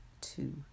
two